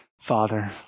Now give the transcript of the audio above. Father